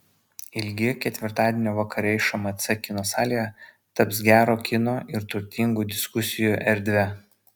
ilgi ketvirtadienio vakarai šmc kino salėje taps gero kino ir turtingų diskusijų erdve